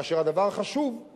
כאשר הדבר החשוב זה